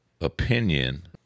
opinion